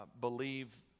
Believe